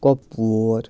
کۄپوور